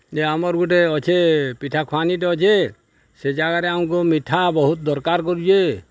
ଯେ ଆମର୍ ଗୁଟେ ଅଛେ ପିଠା ଖୁଆନିଟେ ଅଛେ ସେ ଜାଗାରେ ଆମ୍କୁ ମିଠା ବହୁତ୍ ଦର୍କାର୍ କରୁଚେ